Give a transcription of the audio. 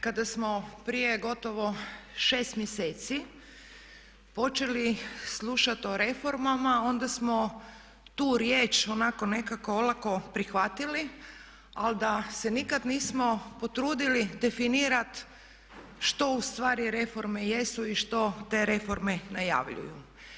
Kada smo prije gotovo 6 mjeseci počeli slušati o reformama onda smo tu riječ onako nekako olako prihvatili ali da se nikad nismo potrudili definirati što ustvari reforme jesu i što te reforme najavljuju.